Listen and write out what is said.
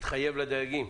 להתחייב לדייגים